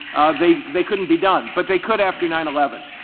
they they couldn't be done. but they could after nine eleven.